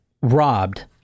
robbed